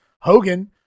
hogan